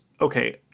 okay